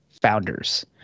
Founders